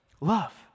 Love